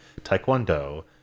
taekwondo